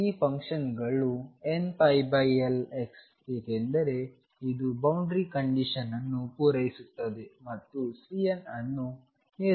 ಈ ಫಂಕ್ಷನ್ಗಳು nπLx ಏಕೆಂದರೆ ಇದು ಬೌಂಡರಿ ಕಂಡೀಶನ್ ಅನ್ನು ಪೂರೈಸುತ್ತದೆ ಮತ್ತು Cn ಅನ್ನು ನಿರ್ಧರಿಸಬಹುದು